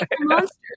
monsters